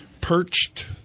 perched